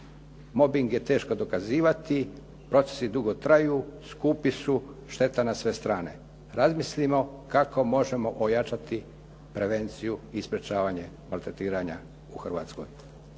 mobing je teško dokazivati, procesi dugo traju, skupi su, šteta na sve strane. Razmislimo kako možemo ojačati prevenciju i sprječavanje maltretiranja u Hrvatskoj.